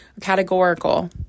categorical